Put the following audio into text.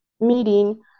meeting